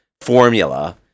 formula